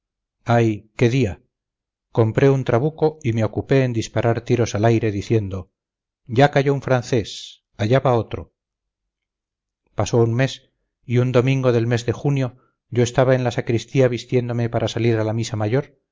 ay qué día compré un trabuco y me ocupé en disparar tiros al aire diciendo ya cayó un francés allá va otro pasó un mes y un domingo del mes de junio yo estaba en la sacristía vistiéndome para salir a la misa mayor